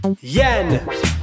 yen